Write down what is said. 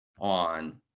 on